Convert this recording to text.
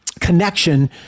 connection